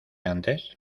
antes